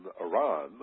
Iran